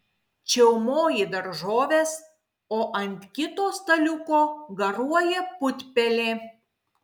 čiaumoji daržoves o ant kito staliuko garuoja putpelė